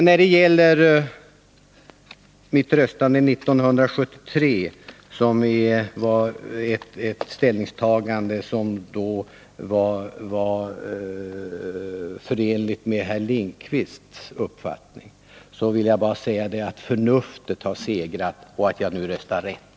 När det gäller mitt röstande 1973 som då överensstämde med Oskar Lindkvists uppfattning, vill jag bara säga att förnuftet har segrat och att jag nu röstar rätt.